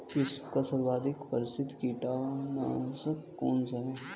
विश्व का सर्वाधिक प्रसिद्ध कीटनाशक कौन सा है?